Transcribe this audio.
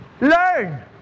Learn